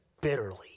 bitterly